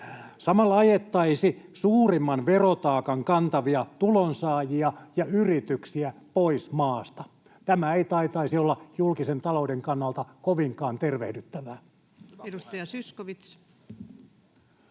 Samalla ajettaisiin suurimman verotaakan kantavia tulonsaajia ja yrityksiä pois maasta. Tämä ei taitaisi olla julkisen talouden kannalta kovinkaan tervehdyttävää. [Speech